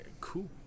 cool